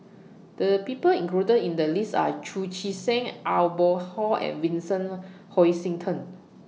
The People included in The list Are Chu Chee Seng Aw Boon Haw and Vincent Hoisington